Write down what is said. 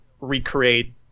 recreate